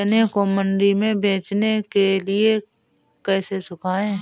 चने को मंडी में बेचने के लिए कैसे सुखाएँ?